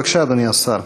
בבקשה, אדוני השר.